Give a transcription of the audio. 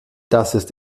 das